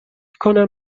کنم